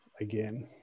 again